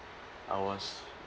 I was